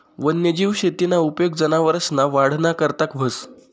वन्यजीव शेतीना उपेग जनावरसना वाढना करता व्हस